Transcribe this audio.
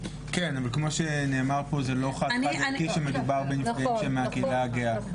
כן אבל כמו שנאמר פה זה לא חד חד ערכי שמדובר בנפגעים שהם מהקהילה הגאה.